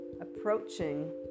approaching